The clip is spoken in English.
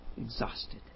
exhausted